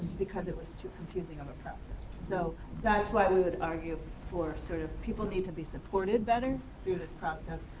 because it was too confusing of a process. so that's why we would argue for sort of people need to be supported better through this process,